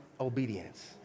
obedience